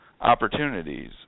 opportunities